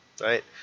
right